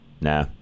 Nah